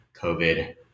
COVID